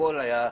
הכול היה בנצרת.